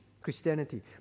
Christianity